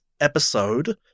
episode